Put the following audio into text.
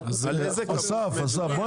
אסף, אם